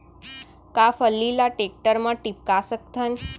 का फल्ली ल टेकटर म टिपका सकथन?